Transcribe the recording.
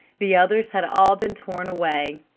the others had all been torn away.